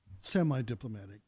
Semi-diplomatic